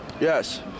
Yes